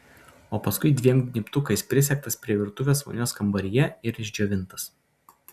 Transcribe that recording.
o paskui dviem gnybtukais prisegtas prie virtuvės vonios kambaryje ir išdžiovintas